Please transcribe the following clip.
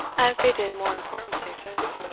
as they did more important places.